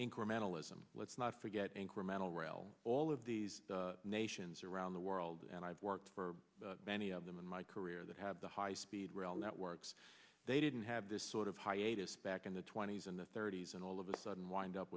incrementalism let's not forget incremental rail all of these nations around the world and i've worked for many of them in my career that have the high speed rail networks they didn't have this sort of hiatus back in the twenty's and thirty's and all of a sudden wind up